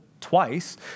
twice